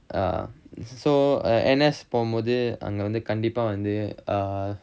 uh so N_S போகும்போது அங்க வந்து கண்டிப்பா வந்து:pokumpothu anga vanthu kandippa vanthu err